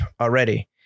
already